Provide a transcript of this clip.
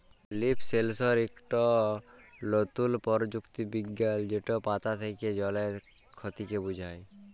leaf সেলসর ইকট লতুল পরযুক্তি বিজ্ঞাল যেট পাতা থ্যাকে জলের খতিকে বুঝায়